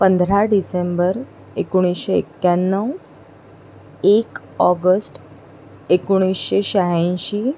पंधरा डिसेंबर एकोणीसशे एक्याण्णव एक ऑगस्ट एकोणीसशे शहाऐंशी